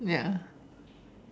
ya